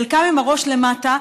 חלקם עם הראש למטה,